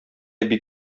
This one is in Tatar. бик